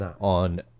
on